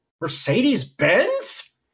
Mercedes-Benz